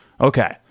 Okay